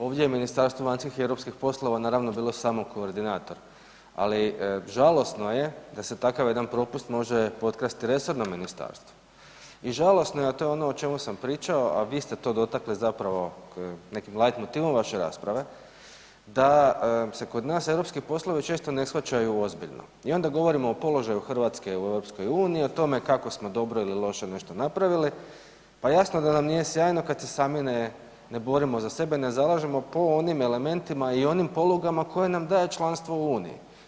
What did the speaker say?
Ovdje je Ministarstvo vanjskih i europskih poslova naravno bilo samo koordinator, ali žalosno je da se takav jedan propust može potkrasti resornom ministarstvu i žalosno je, a to je ono o čemu sam pričao, a vi ste to dotakli zapravo nekim lajtmotivom vaše rasprave, da se kod nas europski poslovi često ne shvaćaju ozbiljno i onda govorimo o položaju Hrvatske u EU, o tome kako smo dobro ili loše nešto napravili, pa jasno da nam nije sjajno kad se sami ne borimo za sebe, ne zalažemo po onim elementima i onim polugama koje nam daje članstvo u Uniji.